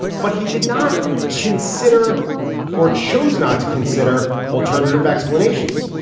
but he did not consider or chose not to consider alternative explanations.